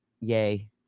Yay